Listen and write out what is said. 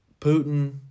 Putin